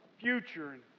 future